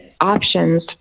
options